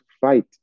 fight